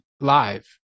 live